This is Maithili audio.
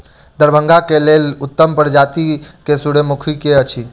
दरभंगा केँ लेल उत्तम प्रजाति केँ सूर्यमुखी केँ अछि?